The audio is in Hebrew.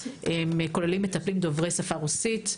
כוללים מטפלים דוברי רוסית.